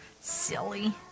Silly